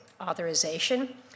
authorization